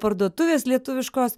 parduotuvės lietuviškos